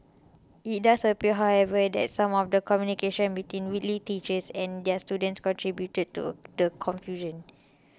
it does appear however that some of the communication between Whitley teachers and their students contributed to the confusion